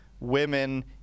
women